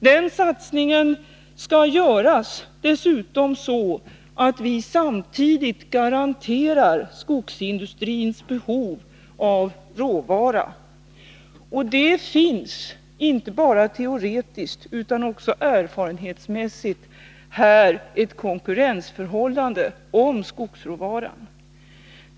Den satsningen skall dessutom göras så att vi samtidigt tillgodoser skogsindustrins behov av råvara. Där råder inte bara teoretiskt utan även erfarenhetsmässigt ett konkurrensförhållande beträffande skogsråvaran.